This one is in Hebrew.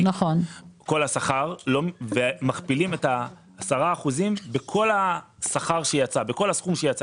ומכפילים 10% בכל הסכום שיצא.